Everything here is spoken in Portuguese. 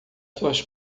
suas